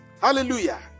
Hallelujah